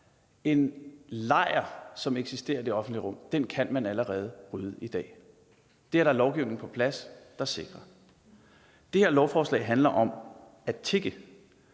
En lejr, som eksisterer i det offentlige rum, kan man allerede rydde i dag. Der er lovgivning på plads, der sikrer det. Det her lovforslag handler om at tigge